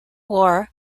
war